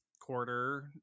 quarter